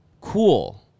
Cool